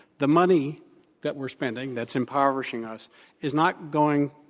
the money that we're spending that's impoverishing us is not going,